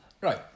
Right